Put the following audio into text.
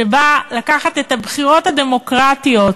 שבא לקחת את הבחירות הדמוקרטיות,